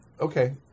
Okay